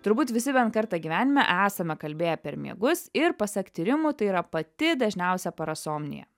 turbūt visi bent kartą gyvenime esame kalbėję per miegus ir pasak tyrimų tai yra pati dažniausia parasomnija